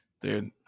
Dude